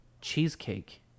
cheesecake